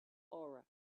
aura